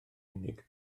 unig